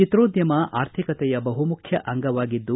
ಚಿತ್ರೋದ್ಯಮ ಆರ್ಥಿಕತೆಯ ಬಹುಮುಖ್ಯ ಅಂಗವಾಗಿದ್ದು